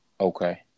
Okay